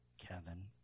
Kevin